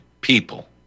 people